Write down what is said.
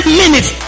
minute